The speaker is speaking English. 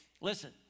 Listen